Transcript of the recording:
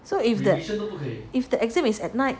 so if that the exam is at night